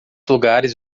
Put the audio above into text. lugares